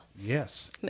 Yes